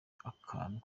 akantu